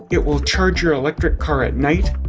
it will charge your electric car at night.